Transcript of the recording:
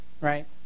Right